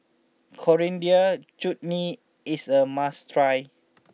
Coriander Chutney is a must try